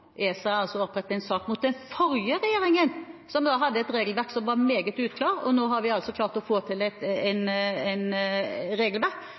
ESA har altså opprettet en sak mot den forrige regjeringen, som hadde et regelverk som var meget uklart. Nå har vi altså klart å få til et